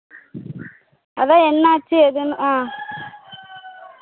அதுதான் என்னாச்சு ஏதுன்னு ஆ